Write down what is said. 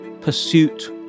pursuit